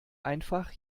einfach